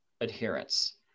adherence